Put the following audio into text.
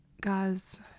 Guys